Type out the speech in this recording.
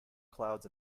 clouds